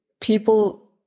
people